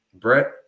Brett